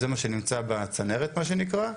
זה מה שנמצא בצנרת מה שנקרא,